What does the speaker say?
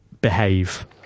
behave